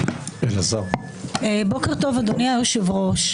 בוקר טוב, אדוני היושב-ראש.